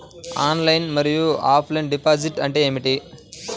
Online మరియు offline deposit అంటే ఏమిటి?